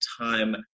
time